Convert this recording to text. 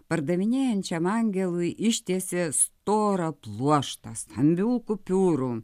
pardavinėjančiam angelui ištiesė storą pluoštą stambių kupiūrų